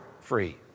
free